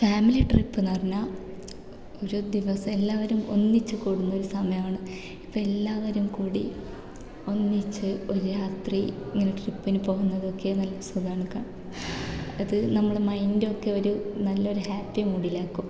family ട്രിപ്പെന്ന് പറഞ്ഞാൽ ഒരു ദിവസം എല്ലാവരും ഒന്നിച്ച് കൂടുന്ന ഒരു സമയമാണ് ഇപ്പം എല്ലാവരും കൂടി ഒന്നിച്ച് ഒരു രാത്രി ഇങ്ങനെ ട്രിപ്പിന് പോകുന്നതൊക്കെ നല്ല സുഖമാണ് അത് നമ്മളെ മൈൻഡൊക്കെ ഒരു നല്ലൊരു ഹാപ്പി മൂടിലാക്കും